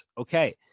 okay